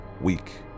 weak